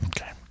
Okay